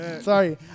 Sorry